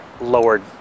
lowered